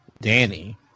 Danny